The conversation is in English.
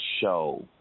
show